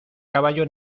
caballo